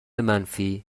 منفی